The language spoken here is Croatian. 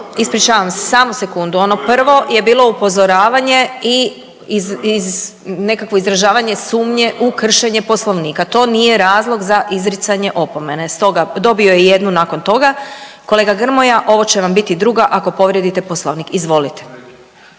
Ispričavam se. Samo sekundu. Ono prvo je bilo upozoravanje i nekakvo izražavanje sumnje u kršenje Poslovnika. To nije razlog za izricanje opomene, stoga dobio je jednu nakon toga. Kolega Grmoja, ovo će vam biti druga ako povrijedite Poslovnik. Izvolite.